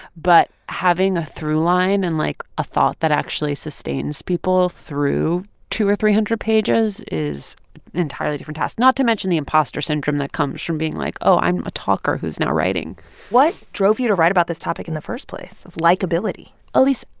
but having a through line and, like, a thought that actually sustains people through two hundred or three hundred hundred pages is an entirely different task not to mention the imposter syndrome that comes from being like, oh, i'm a talker who's now writing what drove you to write about this topic in the first place of likeability? elise,